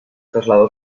trasladó